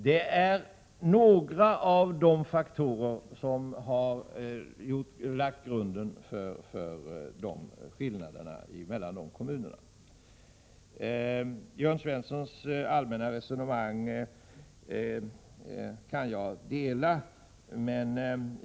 Det är några av de faktorer som har lagt grunden till de skillnader som finns mellan kommunerna. Jag kan dela Jörn Svenssons allmänna resonemang.